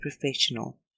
professional